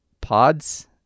pods